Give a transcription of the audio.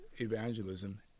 evangelism